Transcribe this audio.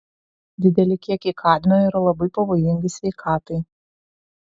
dideli kiekiai kadmio yra labai pavojingai sveikatai